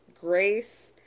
Grace